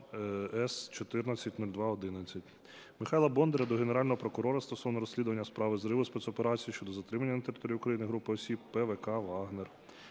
С140211. Михайла Бондаря до Генерального прокурора стосовно розслідування справи зриву спецоперації щодо затримання на території України групи осіб ПВК "Вагнер".